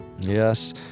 Yes